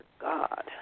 God